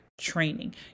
training